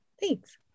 Thanks